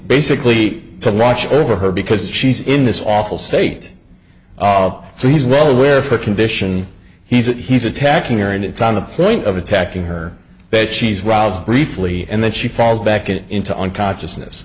basically to watch over her because she's in this awful state oh so he's well aware of her condition he's it he's attacking here and it's on the point of attacking her that she's roused briefly and then she falls back it into unconsciousness